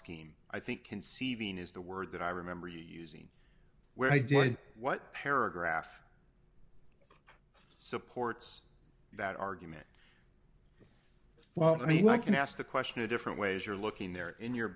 scheme i think conceiving is the word that i remember using where i did what paragraph supports that argument well i mean i can ask the question a different way as you're looking there in your